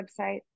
website